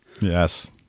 Yes